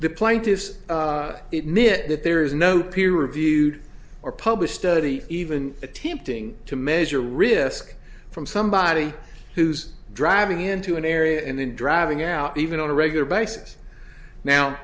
the plaintiff's myth that there is no peer reviewed or published study even attempting to measure risk from somebody who's driving into an area and then driving out even on a regular basis now